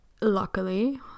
Luckily